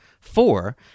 Four